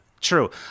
true